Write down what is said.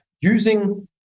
using